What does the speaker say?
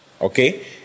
okay